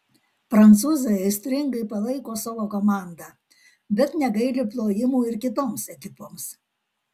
prancūzai aistringai palaiko savo komandą bet negaili plojimų ir kitoms ekipoms